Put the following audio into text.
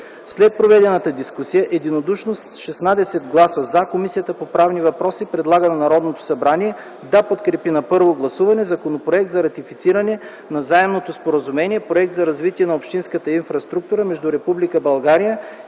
След проведената дискусия единодушно с 16 гласа „за” Комисията по правни въпроси предлага на Народното събрание да подкрепи на първо гласуване Законопроект за ратифициране на Заемното споразумение „Проект за развитие на общинската инфраструктура” между Република България